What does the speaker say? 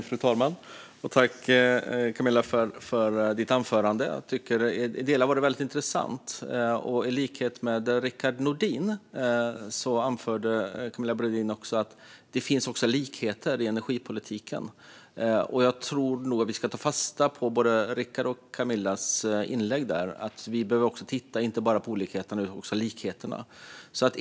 Fru talman! Tack, Camilla, för ditt anförande! I delar var det väldigt intressant. I likhet med Rickard Nordin anförde Camilla att det finns likheter i energipolitiken, och jag tror att vi ska ta fasta på både Rickards och Camillas inlägg. Vi behöver titta inte bara på olikheterna utan också på likheterna.